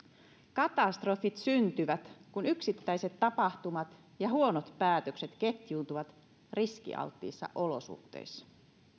katastrofit syntyvät kun yksittäiset tapahtumat ja huonot päätökset ketjuuntuvat riskialttiissa olosuhteissa